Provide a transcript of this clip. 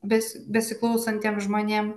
bes besiklausantiem žmonėm